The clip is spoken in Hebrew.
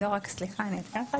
אני אתקן כאן.